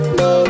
no